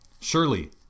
Surely